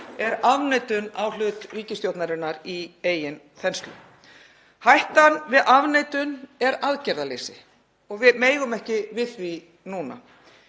er afneitun á hlut ríkisstjórnarinnar í eigin þenslu. Hættan við afneitun er aðgerðaleysi og við megum ekki við því núna.